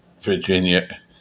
Virginia